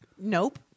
Nope